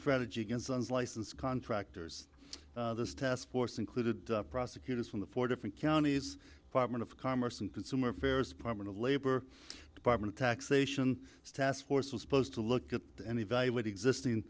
strategy against licensed contractors this task force included prosecutors from the four different counties apartment of commerce and consumer affairs department of labor department taxation task force was supposed to look at and evaluate existing